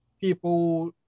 people